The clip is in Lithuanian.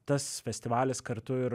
tas festivalis kartu ir